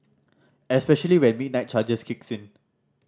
especially when midnight charges kicks in